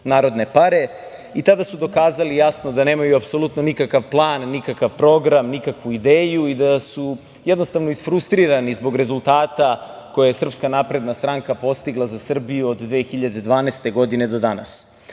su jasno dokazali da nemaju apsolutno nikakav plan, nikakav program, nikakvu ideju i da su jednostavno isfrustrirani zbog rezultata koje je SNS postigla za Srbiju od 2012. godine do danas. Kada